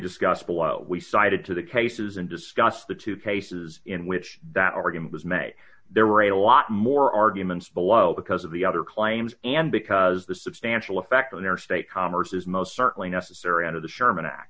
discussed below we cited to the cases and discussed the two cases in which that argument was made there were a lot more arguments below because of the other claims and because the substantial effect on their state commerce is most certainly necessary under the sherman act